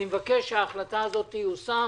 אני מבקש שההחלטה הזאת תיושם